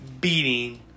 Beating